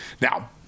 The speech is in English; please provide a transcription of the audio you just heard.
Now